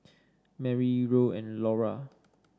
Marry Roll and Laura